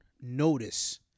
notice